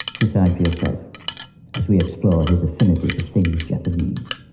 decide for yourself as we explore his affinity to things japanese.